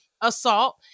assault